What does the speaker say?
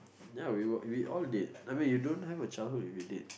ya we were we all did I mean you don't have a childhood if you didn't